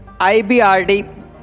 ibrd